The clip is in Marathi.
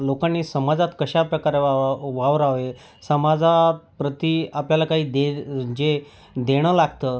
लोकांनी समाजात कशा प्रकारे वाव वाव वावरावे समाजाप्रती आपल्याला काही दे जे देणं लागतं